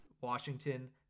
Washington